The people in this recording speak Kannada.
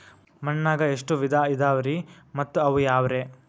ಮಣ್ಣಾಗ ಎಷ್ಟ ವಿಧ ಇದಾವ್ರಿ ಮತ್ತ ಅವು ಯಾವ್ರೇ?